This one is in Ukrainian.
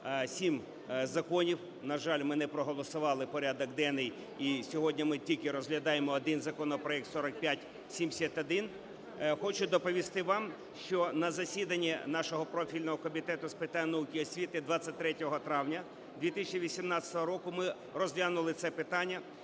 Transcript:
сім законів. На жаль, ми не проголосували порядок денний і сьогодні ми тільки розглядаємо один законопроект 4571. Хочу доповісти вам, що на засіданні нашого профільного Комітету з питань науки і освіти 23 травня 2018 року ми розглянули це питання